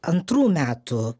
antrų metų